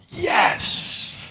Yes